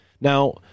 Now